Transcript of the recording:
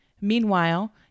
Meanwhile